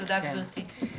תודה גבירתי.